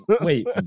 Wait